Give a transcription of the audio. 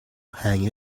hang